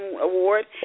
Award